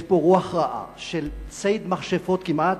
יש פה רוח רעה של ציד מכשפות כמעט,